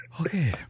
Okay